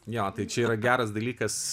jo tai čia yra geras dalykas